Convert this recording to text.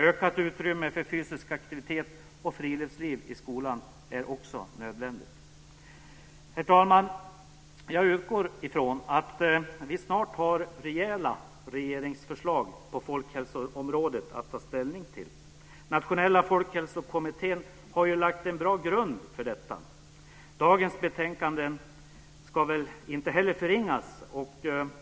Ökat utrymme för fysisk aktivitet och friluftsliv i skolan är också nödvändigt. Herr talman! Jag utgår från att vi snart har rejäla regeringsförslag på folkhälsoområdet att ta ställning till. Nationella folkhälsokommittén har lagt en bra grund för detta. Dagens betänkanden ska väl inte heller förringas.